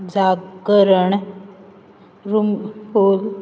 जागरण रुमडफूल